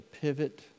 pivot